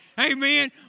amen